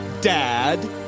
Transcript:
Dad